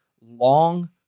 long